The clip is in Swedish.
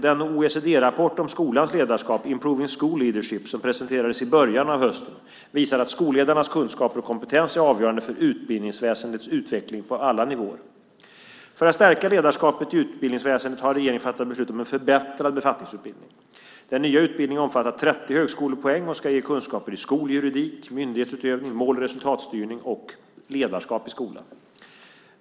Den OECD-rapport om skolans ledarskap, Improving School Leadership, som presenterades i början av hösten visar att skolledarnas kunskaper och kompetens är avgörande för utbildningsväsendets utveckling på alla nivåer. För att stärka ledarskapet i utbildningsväsendet har regeringen fattat beslut om en förbättrad befattningsutbildning. Den nya utbildningen omfattar 30 högskolepoäng och ska ge kunskaper i skoljuridik, myndighetsutövning, mål och resultatstyrning och ledarskap i skolan.